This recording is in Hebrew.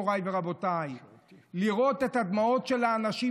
מוריי ורבותיי: לראות את הדמעות של האנשים,